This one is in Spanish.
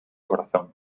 corazón